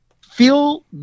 feel